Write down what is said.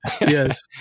Yes